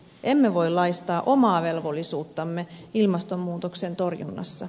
emme voi laistaa omaa velvollisuuttamme ilmastonmuutoksen torjunnassa